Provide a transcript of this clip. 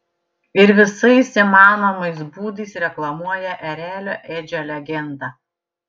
ir visais įmanomais būdais reklamuoja erelio edžio legendą